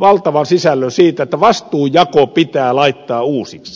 valtavan sisällön siitä että vastuun jako pitää laittaa uusiksi